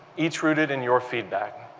each rooted in your feedback.